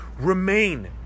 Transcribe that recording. remain